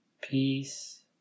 Peace